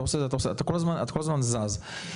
אני כל הזמן זז.